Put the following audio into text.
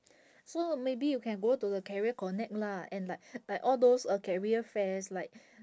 so maybe you can go to the career connect lah and like like all those career fairs like